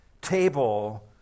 table